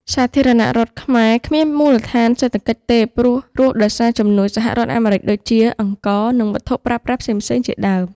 សាធារណរដ្ឋខ្មែរគ្មានមូលដ្ឋាន សេដ្ឋកិច្ចទេព្រោះរស់ ដោយសារជំនួយសហរដ្ឋអាមេរិកដូចជា អង្ករ និងវត្ថុប្រើប្រាស់ផ្សេងៗជាដើម។